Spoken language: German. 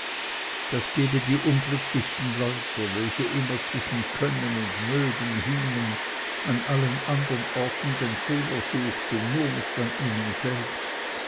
das gebe die unglücklichsten leute welche immer zwischen können und mögen hingen an allen andern orten den fehler suchten nur nicht an ihnen selbst